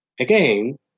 Again